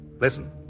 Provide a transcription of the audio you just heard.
Listen